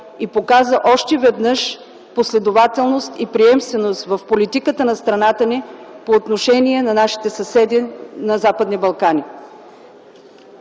и показа още веднъж последователност и приемственост в политиката на страната ни по отношение на нашите съседи на Западните Балкани.